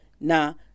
now